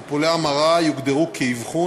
טיפולי המרה יוגדרו כאבחון,